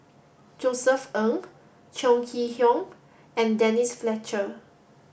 Josef Ng Chong Kee Hiong and Denise Fletcher